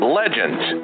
legends